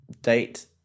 date